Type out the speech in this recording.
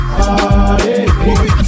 party